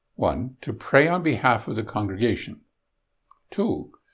one. to pray on behalf of the congregation two.